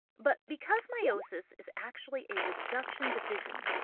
but because meiosis is actually a reduction division,